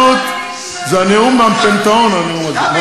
זה נאום מהפנתיאון, הנאום הזה.